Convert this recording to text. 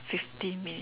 fifteen minutes